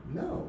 no